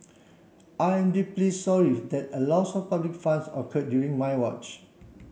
I am deeply sorry that a loss of public funds occurred during my watch